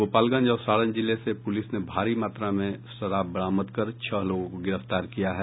गोपालगंज और सारण जिले से पुलिस ने भारी मात्रा में शराब बरामद कर छह लोगों को गिरफ्तार किया है